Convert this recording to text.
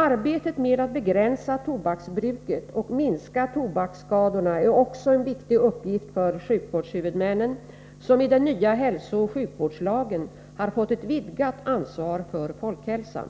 Arbetet med att begränsa tobaksbruket och minska tobaksskadorna är också en viktig uppgift för sjukvårdshuvudmännen, som med den nya hälsooch sjukvårdslagen har fått ett vidgat ansvar för folkhälsan.